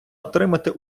отримати